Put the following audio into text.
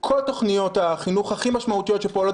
כל תוכניות החינוך הכי משמעותיות שפועלות